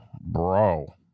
bro